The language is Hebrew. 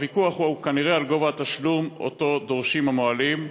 הוויכוח הוא כנראה על גובה התשלום שדורשים המוהלים.